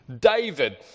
David